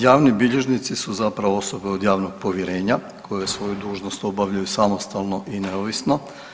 Javni bilježnici su zapravo osobe od javnog povjerenja koje svoju dužnost obavljaju samostalno i neovisno.